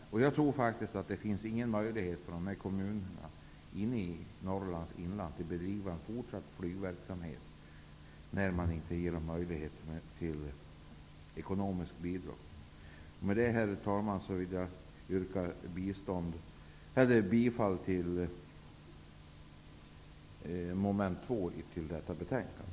Jag tror faktiskt inte att det finns någon möjlighet för kommunerna i Norrlands inland att bedriva en fortsatt flygverksamhet när man inte ger dem ekonomiskt bidrag. Med detta, herr talman, vill jag yrka bifall till meningsyttringen i mom. 2 i detta betänkande.